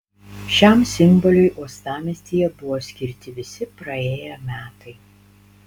šiam simboliui uostamiestyje buvo skirti visi praėję metai